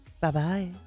Bye-bye